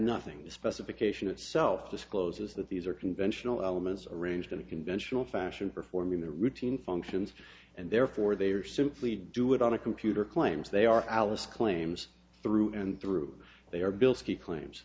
nothing the specification itself discloses that these are conventional elements arranged in a conventional fashion performing the routine functions and therefore they are simply do it on a computer claims they are alice claims through and through they are built he claims